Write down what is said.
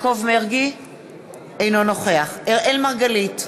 אינו נוכח אראל מרגלית,